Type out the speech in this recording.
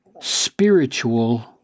spiritual